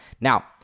Now